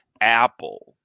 Apple